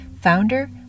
founder